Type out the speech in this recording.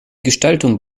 gestaltung